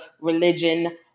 religion